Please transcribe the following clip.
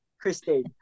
Christine